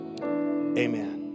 amen